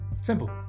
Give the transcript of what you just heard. Simple